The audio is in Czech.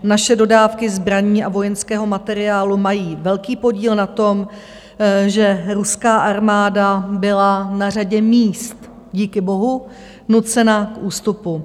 Naše dodávky zbraní a vojenského materiálu mají velký podíl na tom, že ruská armáda byla na řadě míst, díky bohu, nucena k ústupu.